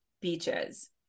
beaches